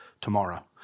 tomorrow